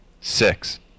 Six